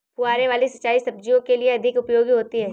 फुहारे वाली सिंचाई सब्जियों के लिए अधिक उपयोगी होती है?